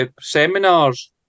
seminars